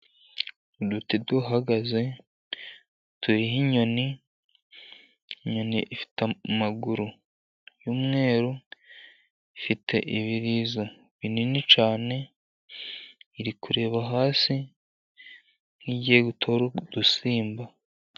Uduti duhagaze turiho inyoni, inyoni ifite amaguru y'umweru, ifite ibirizo binini cyane, iri kureba hasi nk'igiye gutora udusimba.